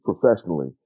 professionally